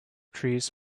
trees